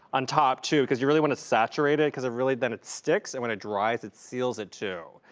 on top too, cause you really want to saturate it. cause it really, then it sticks. and when it dries, it seals it too.